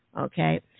Okay